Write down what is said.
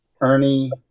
Ernie